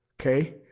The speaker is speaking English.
okay